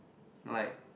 like